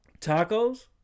Tacos